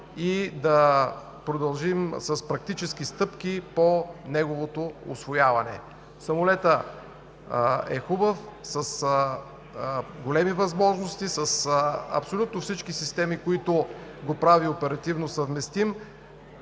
и да продължим с практическите стъпки по неговото усвояване. Самолетът е хубав, с големи възможности, с абсолютно всички системи, които го правят оперативно съвместим.